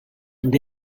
una